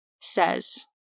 says